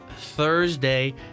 Thursday